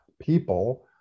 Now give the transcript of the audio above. people